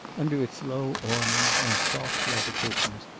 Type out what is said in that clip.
under its low awning, on soft leather cushions,